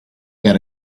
got